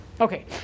Okay